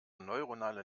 neuronale